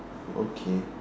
okay